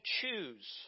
choose